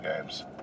Games